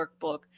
workbook